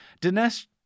Dinesh